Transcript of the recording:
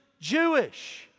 Jewish